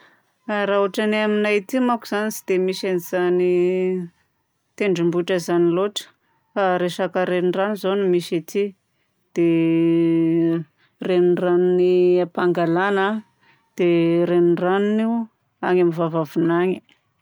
Raha ôtran'ny aminay aty manko zany tsy dia misy an'izany tendrombohitra zany loatra fa resaka renirano zao no misy aty. Dia reniranon'i Pangalana dia renirano agny amin'ny vavavinany.